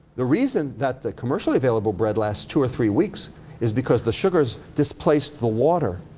the reason that the commercially available bread lasts two or three weeks is because the sugars displace the water.